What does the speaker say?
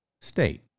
state